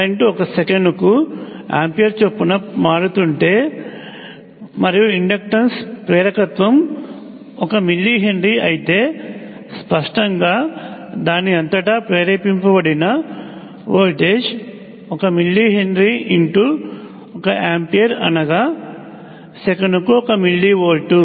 current సెకనుకు 1 ampere చొప్పున మారుతుంటే మరియు ఇండక్టన్స్ ప్రేరకత్వం 1 మిల్లీ హెన్రీ అయితే స్పష్టంగా దాని అంతటా ప్రేరేపించబడిన వోల్టేజ్ 1 మిల్లీ హెన్రీ 1 ఆంపియర్ అనగా సెకనుకు 1 మిల్లీ వోల్ట్లు